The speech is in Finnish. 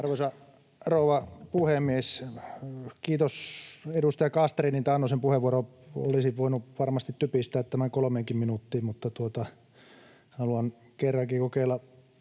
Arvoisa rouva puhemies! Kiitos edustaja Castrénin taannoisen puheenvuoron olisin voinut varmasti typistää tämän kolmeenkin minuuttiin, mutta haluan kerrankin kokeilla